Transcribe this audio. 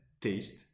taste